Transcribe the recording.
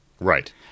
Right